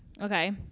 Okay